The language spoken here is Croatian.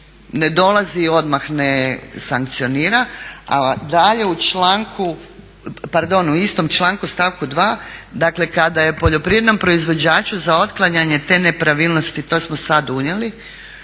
ne dolazi odmah i ne sankcionira. A dalje u članku pardon, u istom članku stavku 2. dakle kada je poljoprivrednom proizvođaču za otklanjanje te nepravilnosti, to smo sad unijeli,